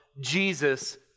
Jesus